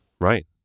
Right